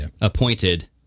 appointed